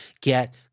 get